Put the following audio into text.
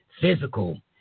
physical